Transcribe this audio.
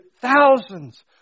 thousands